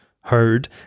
heard